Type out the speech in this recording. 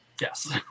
Yes